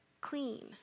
clean